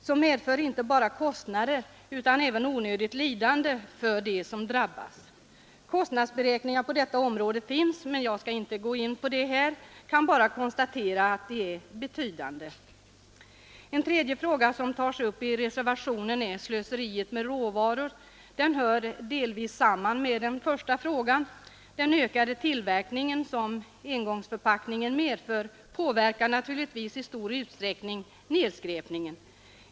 Följden blir inte bara kostnader utan även onödigt lidande för dem som drabbas. Kostnadsberäkningar på detta område finns, men jag skall inte gå på dem här. Jag kan bara konstatera att kostnaderna är betydande. En tredje fråga som tas upp i reservationen är slöseriet med råvaror. Den hör delvis samman med den första frågan, Den ökade tillverkningen av engångsförpackningar påverkar naturligtvis i stor utsträckning nedskräpningen.